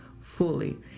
fully